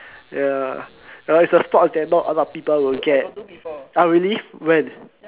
ya well it's the sports that not a lot people will get oh really when